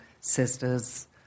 sisters